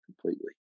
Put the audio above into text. completely